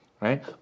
right